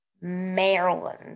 Maryland